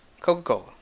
Coca-Cola